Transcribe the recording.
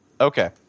Okay